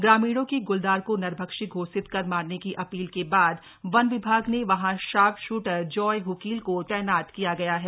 ग्रामीणों की ग्लदार को नरभक्षी घोषित कर मारने की अपील के बाद वन विभाग ने वहां शार्प शूटर जॉय हकील को तैनात किया गया है